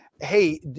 Hey